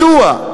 מדוע?